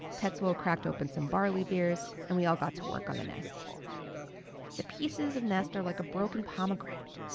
tetsuo cracked open some barley beers, and we all got to work on the nests the pieces of nest are like a broken pomegranate.